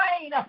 rain